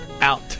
out